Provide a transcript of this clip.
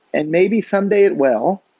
and maybe someday it will,